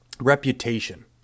reputation